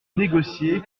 négocier